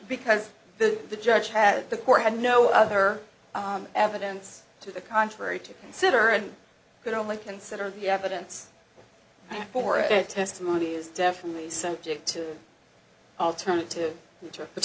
because the the judge has the court had no other evidence to the contrary to consider and could only consider the evidence for it testimony is definitely subject to alternative inter